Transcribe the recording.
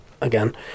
again